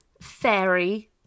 fairy